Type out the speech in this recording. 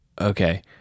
okay